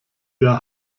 jahr